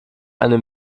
einen